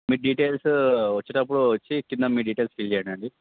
మీ details వచ్చేటప్పుడు వచ్చి కింద మీ డిటైల్స్ ఫీల్ చేయండి అండి